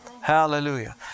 Hallelujah